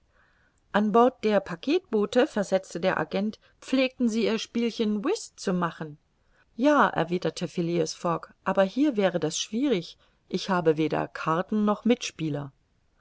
an bord der packetboote versetzte der agent pflegten sie ihr spielchen whist zu machen ja erwiderte phileas fogg aber hier wäre das schwierig ich habe weder karten noch mitspieler